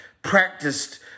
practiced